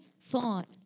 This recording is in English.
thought